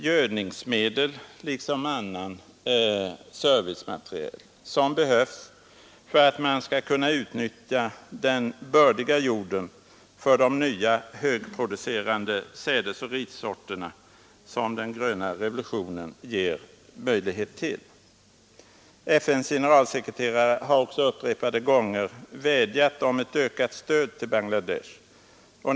Gödningsmedel liksom service materiel behövs för att man skall kunna utnyttja den bördiga jorden för de nya högproducerande sädesoch rissorterna som kommit fram genom den gröna revolutionen. FN:s generalsekreterare har också upprepade gånger vädjat om ett ökat stöd till Bangladesh.